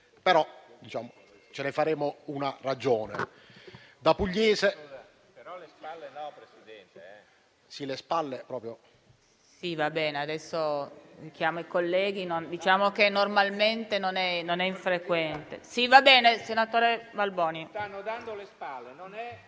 ma ce ne faremo una ragione.